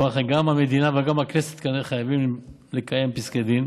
גם המדינה וגם הכנסת כנראה חייבות לקיים פסקי דין,